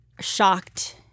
shocked